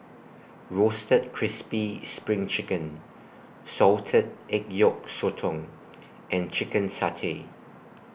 Roasted Crispy SPRING Chicken Salted Egg Yolk Sotong and Chicken Satay